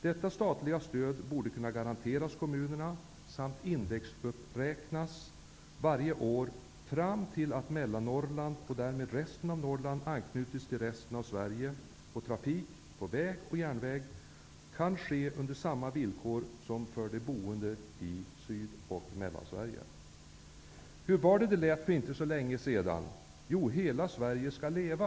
Detta statliga stöd borde kunna garanteras kommunerna samt indexuppräknas varje år fram till dess att Mellannorrland -- och därmed resten av Norrland -- anslutits till resten av Sverige och trafik på väg och järnväg kan bedrivas under samma villkor som för de boende i Sydsverige. Hur var det som det lät för inte så länge sedan? Jo, att hela Sverige skall leva!